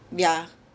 yeah